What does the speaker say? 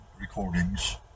recordings